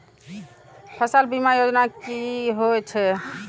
फसल बीमा योजना कि होए छै?